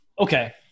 Okay